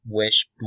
wish